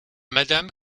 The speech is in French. madame